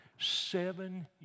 seven